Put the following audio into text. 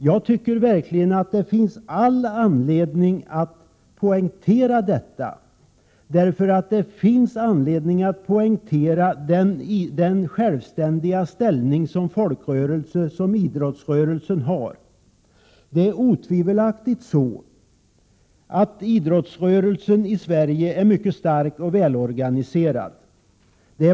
Jag tycker verkligen att det finns all anledning att poängtera den självständiga ställning som folkrörelse som idrottsrörelsen har. Det är otvivelaktigt så att den svenska idrottsrörelsen är mycket stark och välorganiserad.